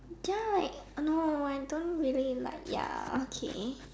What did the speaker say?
ya I know I don't really like ya okay